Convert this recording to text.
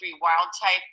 wild-type